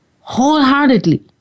wholeheartedly